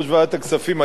היית פה כשעניתי?